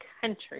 country